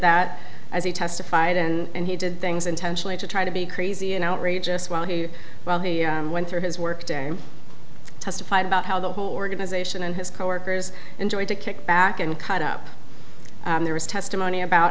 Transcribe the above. that as he testified and he did things intentionally to try to be crazy and outrageous while he went through his work day testified about how the whole organization and his coworkers enjoyed to kick back and cut up there was testimony about